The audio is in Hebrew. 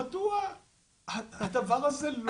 מדוע הדבר הזה לא יהיה מאושר?